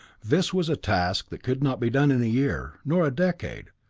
this was a task that could not be done in a year, nor a decade,